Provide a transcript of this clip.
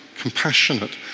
compassionate